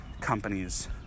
companies